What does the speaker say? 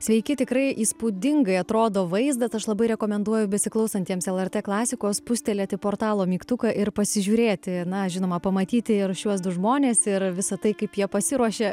sveiki tikrai įspūdingai atrodo vaizdas aš labai rekomenduoju besiklausantiems lrt klasikos spustelėti portalo mygtuką ir pasižiūrėti na žinoma pamatyti ir šiuos du žmonės ir visa tai kaip jie pasiruošė